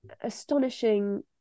astonishing